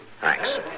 Thanks